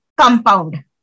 compound